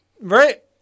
Right